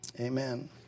Amen